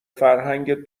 فرهنگت